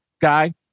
guy